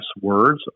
words